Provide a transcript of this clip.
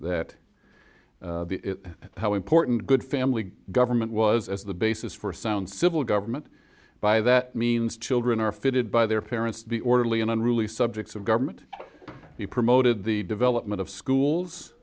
that how important good family government was as the basis for a sound civil government by that means children are fitted by their parents the orderly and unruly subjects of government be promoted the development of schools